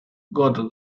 goethe